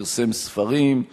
פרסם ספרים.